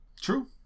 True